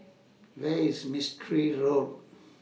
Where IS Mistri Road